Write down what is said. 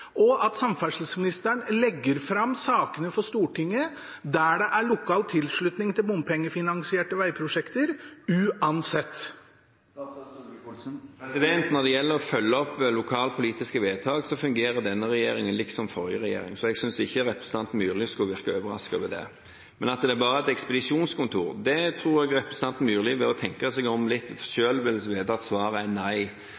og at samferdselsministeren legger fram sakene for Stortinget der det er lokal tilslutning til bompengefinansierte vegprosjekter uansett? Når det gjelder å følge opp lokalpolitiske vedtak, fungerer denne regjeringen slik som den forrige regjeringen, så jeg synes ikke representanten Myrli skulle virke overrasket over det. Men at det bare er et ekspedisjonskontor – der tror jeg representanten Myrli bør tenke seg om litt